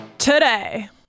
Today